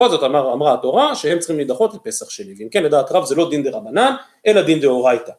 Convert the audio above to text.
‫ובכל זאת אמרה התורה שהם צריכים ‫להידחות לפסח שני, ‫ואם כן, לדעת רב, זה לא דין דרבנן, ‫אלא דין דאורייתא.